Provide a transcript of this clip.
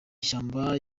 ishyamba